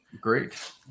Great